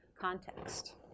context